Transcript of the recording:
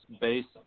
based